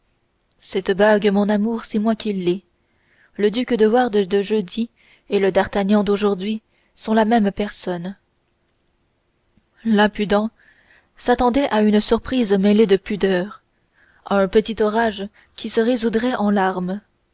cette bague mon amour c'est moi qui l'ai le comte de wardes de jeudi et le d'artagnan d'aujourd'hui sont la même personne l'imprudent s'attendait à une surprise mêlée de pudeur à un petit orage qui se résoudrait en larmes